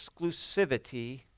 exclusivity